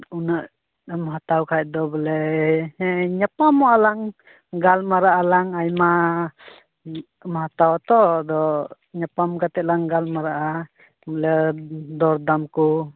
ᱩᱱᱟᱹᱜ ᱮᱢ ᱦᱟᱛᱟᱣ ᱠᱷᱟᱱᱫᱚ ᱵᱚᱞᱮ ᱦᱮᱸ ᱧᱟᱯᱟᱢᱚᱜᱼᱟᱞᱟᱝ ᱜᱟᱞᱢᱟᱨᱟᱜᱟᱞᱟᱝ ᱟᱭᱢᱟ ᱦᱟᱛᱟᱣᱟ ᱛᱚ ᱟᱫᱚ ᱧᱟᱯᱟᱢ ᱠᱟᱛᱮᱫᱞᱟᱝ ᱜᱟᱞᱢᱟᱨᱟᱜᱼᱟ ᱵᱚᱞᱮ ᱫᱚᱨᱫᱟᱢᱠᱚ